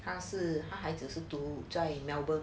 他是还只是在 melbourne